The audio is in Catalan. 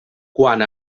quant